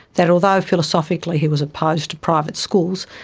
that although philosophically he was opposed to private schools,